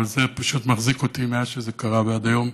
אבל זה פשוט מחזיק אותי מאז שזה קרה ועד היום,